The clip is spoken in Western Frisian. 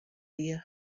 wie